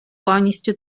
повністю